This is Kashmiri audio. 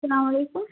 سلام علیکُم